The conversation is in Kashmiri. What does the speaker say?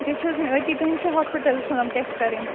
یہِ چھےٚ حظ مےٚ أتی تُہندِسٕے ہاسپِٹلس منز یِم ٹیسٹ کَرٕنۍ